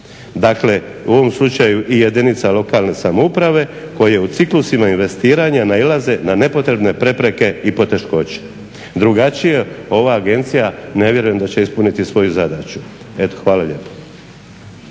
dakle u ovom slučaju i jedinica lokalne samouprave koje u ciklusima investiranja nailaze na nepotrebne prepreke i poteškoće. Drugačije ova agencija ne vjerujem da će ispuniti svoju zadaću. Hvala lijepo.